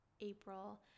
April